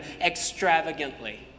extravagantly